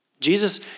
Jesus